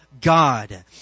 god